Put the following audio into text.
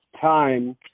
time